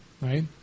right